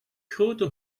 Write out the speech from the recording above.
grote